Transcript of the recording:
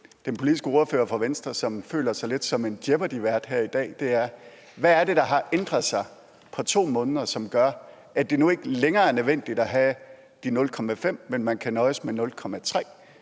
den politiske ordfører for Venstre, som føler sig lidt som en jeopardyvært her i dag, er: Hvad er det, der har ændret sig på 2 måneder, som gør, at det nu ikke længere er nødvendigt med de 0,5 pct., men man kan nøjes med 0,3